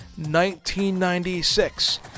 1996